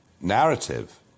narrative